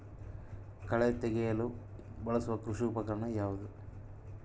ಕಳೆ ತೆಗೆಯಲು ಬಳಸುವ ಕೃಷಿ ಉಪಕರಣ ಯಾವುದು?